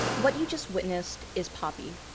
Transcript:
what you just witnessed is poppy.